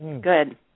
Good